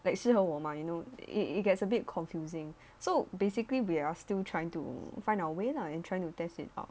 like 适合我 mah you know it it gets a bit confusing so basically we are still trying to find our way lah and trying to test it out